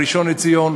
הראשון לציון,